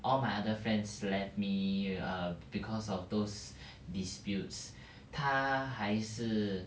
all my other friends left me err because of those disputes 他还是